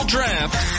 Draft